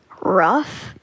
rough